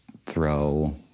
throw